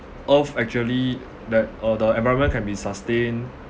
earth actually that uh the environment can be sustained